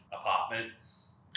apartments